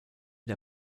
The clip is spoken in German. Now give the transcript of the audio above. der